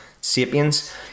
sapiens